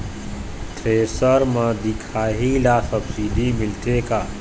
Thresher म दिखाही ला सब्सिडी मिलथे का?